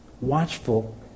Watchful